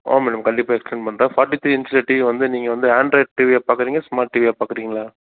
ஆ madam கண்டிப்பாக extern பண்ணுறேன் forty three இன்ச்சில் டிவி வந்து நீங்கள் வந்து ஆன்ட்ராய்ட் டிவியை பார்க்கறீங்களா ஸ்மார்ட் டிவியாக பார்க்கறீங்களா